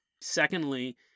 Secondly